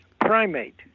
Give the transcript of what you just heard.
primate